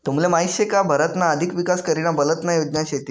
तुमले माहीत शे का भारतना अधिक विकास करीना बलतना योजना शेतीस